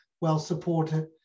well-supported